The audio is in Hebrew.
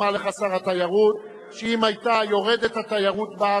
למה בתחום אחריות שלי עולה סגן השר לדבר במקומי,